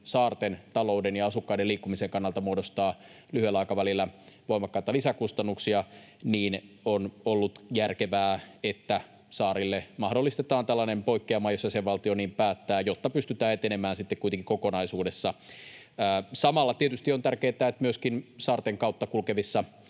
saarten talouden ja asukkaiden liikkumisen kannalta muodostaa lyhyellä aikavälillä voimakkaita lisäkustannuksia, niin on ollut järkevää, että saarille mahdollistetaan tällainen poikkeama, jos jäsenvaltio niin päättää, jotta pystytään etenemään sitten kuitenkin kokonaisuudessa. Samalla tietysti on tärkeätä, että myöskin saarten kautta kulkevien